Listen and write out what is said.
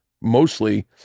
mostly